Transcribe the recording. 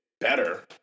better